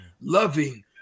loving